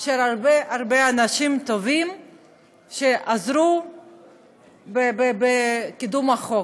של הרבה הרבה אנשים טובים שעזרו בקידום החוק.